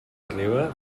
arriba